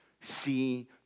See